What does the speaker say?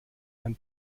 ein